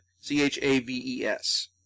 c-h-a-v-e-s